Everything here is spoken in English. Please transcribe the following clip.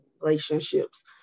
relationships